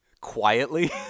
Quietly